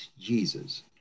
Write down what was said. Jesus